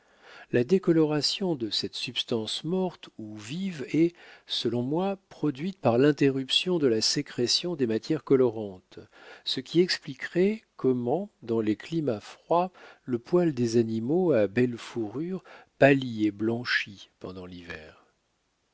la décoloration de cette substance morte ou vive est selon moi produite par l'interruption de la sécrétion des matières colorantes ce qui expliquerait comment dans les climats froids le poil des animaux à belles fourrures pâlit et blanchit pendant l'hiver